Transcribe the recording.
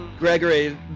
Gregory